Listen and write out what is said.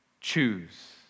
choose